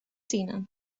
tienen